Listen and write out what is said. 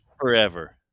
forever